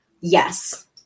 yes